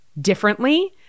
differently